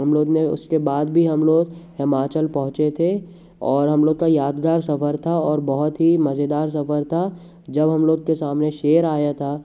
हम लोग ने उसके बाद भी हम लोग हिमाचल पहुँचे थे और हम लोग का यादगार सफर था और बहुत ही मजेदार सफर था जब हम लोग के सामने शेर आया था